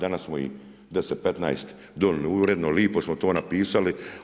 Danas smo ih 10, 15 donijeli uredno, lipo smo to napisali.